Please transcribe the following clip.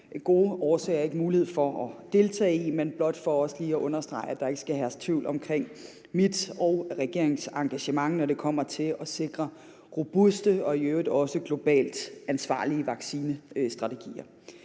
gode årsager ikke mulighed for at deltage i, men det er blot for også lige at understrege, at der ikke skal herske tvivl om mit og regeringens engagement, når det kommer til at sikre robuste og i øvrigt også globalt ansvarlige vaccinestrategier.